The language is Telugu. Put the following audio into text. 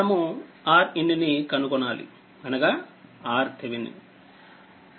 మనము Rin ని కనుగొనాలి అనగా RThevenin